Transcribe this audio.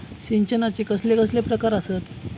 सिंचनाचे कसले कसले प्रकार आसत?